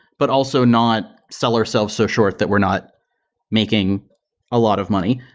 but also not sell ourselves so short that we're not making a lot of money.